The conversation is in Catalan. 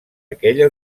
aquella